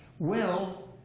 well,